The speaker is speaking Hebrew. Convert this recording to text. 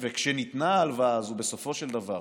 וכשניתנה ההלוואה הזאת בסופו של דבר,